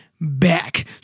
back